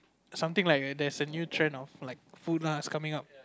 something like a there's a new trend of like food lah is coming up